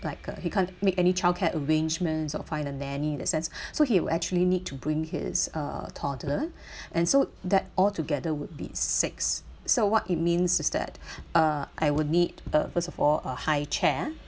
like uh he can't make any childcare arrangements or find a nanny in that sense so he would actually need to bring his uh toddler and so that altogether would be six so what it means is that uh I would need uh first of all a highchair ah